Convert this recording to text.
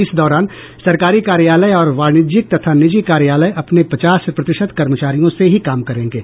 इस दौरान सरकारी कार्यालय और वाणिज्यिक तथा निजी कार्यालय अपने पचास प्रतिशत कर्मचारियों से ही काम करेंगे